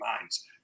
minds